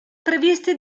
previsti